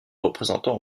représentant